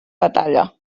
batalla